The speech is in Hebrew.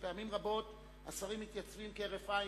כי פעמים רבות השרים מתייצבים כהרף עין,